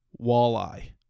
Walleye